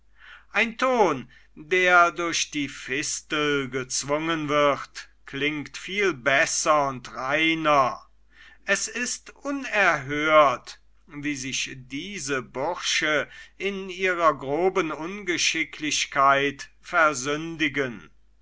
ein ton der durch die fistel gezwungen wird klingt viel besser und reiner es ist unerhört wie sich diese burschen in ihrer groben ungeschicklichkeit versündigen